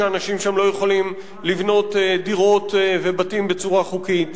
שהאנשים שם לא יכולים לבנות דירות ובתים בצורה חוקית,